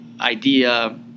idea